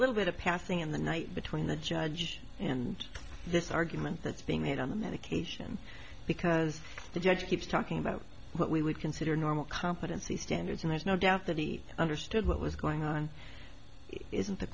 little bit of passing in the night between the judge and this argument that's being made on the medication because the judge keeps talking about what we would consider normal competency standards and there's no doubt that he understood what was going on isn't the